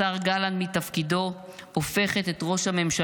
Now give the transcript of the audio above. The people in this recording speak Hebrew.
השר גלנט היווה גורם בקרה קריטי על החלטותיו של ראש הממשלה,